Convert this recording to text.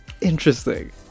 interesting